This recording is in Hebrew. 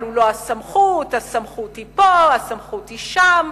אבל הוא לא הסמכות, הסמכות היא פה, הסמכות היא שם,